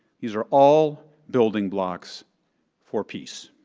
these are all building blocks for peace.